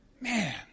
Man